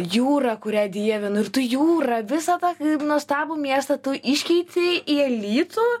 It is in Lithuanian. jūrą kurią dievinu ir tu jūrą visą tą nuostabų miestą tu iškeitei į alytų